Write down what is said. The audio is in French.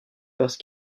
parce